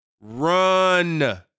run